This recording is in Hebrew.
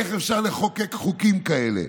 איך אפשר לחוקק חוקים כאלה?